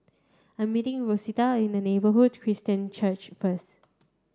I'm meeting Rosita in the Neighbourhood Christian Church first